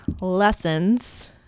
lessons